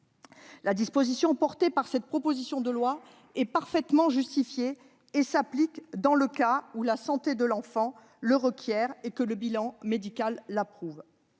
La disposition prévue par cette proposition de loi est parfaitement justifiée et s'applique dans le cas où la santé de l'enfant le requiert et que le bilan médical l'approuve.